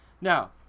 Now